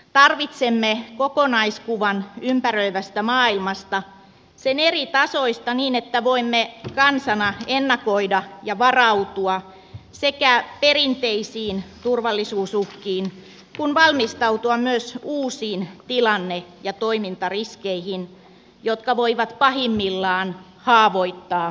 tarvitsemme kokonaiskuvan ympäröivästä maailmasta sen eri tasoista niin että voimme kansana ennakoida ja niin varautua perinteisiin turvallisuusuhkiin kuin valmistautua myös uusiin tilanne ja toimintariskeihin jotka voivat pahimmillaan haavoittaa turvallisuusympäristöämme